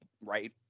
right